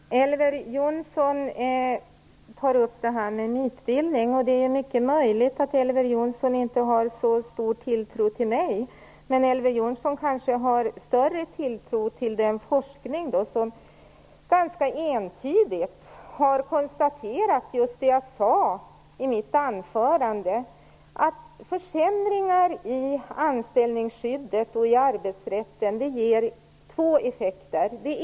Herr talman! Elver Jonsson tar upp det här med mytbildning. Det är mycket möjligt att Elver Jonsson inte har så stor tilltro till mig, men han kanske har större tilltro till den forskning som ganska entydigt har konstaterat just det jag sade i mitt anförande. Försämringar i anställningsskyddet och i arbetsrätten ger två effekter.